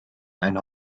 ein